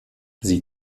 sie